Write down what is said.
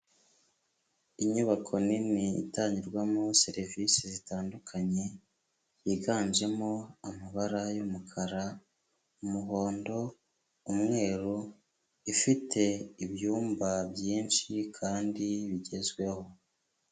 Inyubako nini itangirwamo serivisi zitandukanye, yiganjemo amabara y'umukara, umuhondo, umweru, ifite ibyumba byinshi kandi bigezweho.